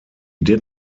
did